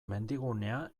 mendigunea